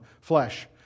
flesh